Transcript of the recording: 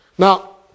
Now